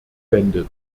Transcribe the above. bendit